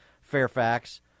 Fairfax